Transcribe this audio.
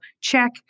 check